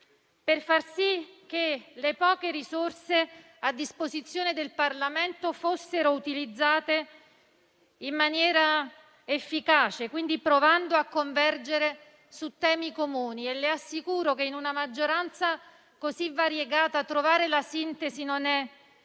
per far sì che le poche risorse a disposizione del Parlamento fossero utilizzate in maniera efficace, provando a convergere su temi comuni. Le assicuro che in una maggioranza così variegata trovare la sintesi non è